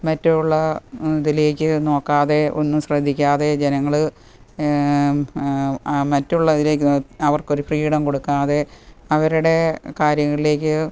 മറ്റുള്ള ഇതിലേക്ക് നോക്കാതെ ഒന്നും ശ്രദ്ധിക്കാതെ ജനങ്ങള് ആ മറ്റുള്ള ഇതിലേക്ക് അവർക്കൊരു ഫ്രീഡം കൊടുക്കാതെ അവരുടെ കാര്യങ്ങളിലേക്ക്